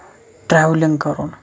travelling کَرُن